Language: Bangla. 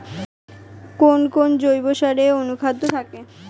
কোন কোন জৈব সারে অনুখাদ্য থাকে?